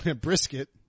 Brisket